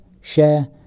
share